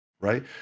right